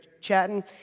chatting